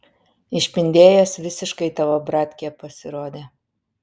išpindėjęs visiškai tavo bratkė pasirodė